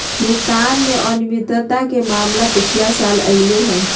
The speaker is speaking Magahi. भुगतान में अनियमितता के मामला पिछला साल अयले हल